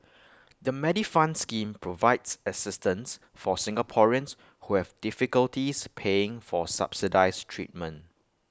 the Medifund scheme provides assistance for Singaporeans who have difficulties paying for subsidized treatment